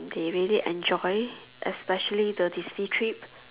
they really enjoy especially the Disney trip